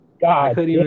God